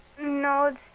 No